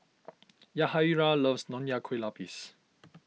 Yahaira loves Nonya Kueh Lapis